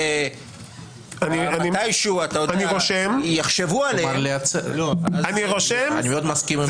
שמתישהו יחשבו עליהם --- אני מאוד מסכים עם זה.